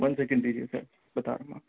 one second دیجیے sir بتا رہا ہوں آپ کو